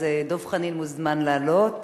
אז דב חנין מוזמן לעלות,